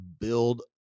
build